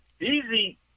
Easy